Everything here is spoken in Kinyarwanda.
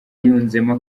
yunzemo